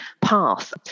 path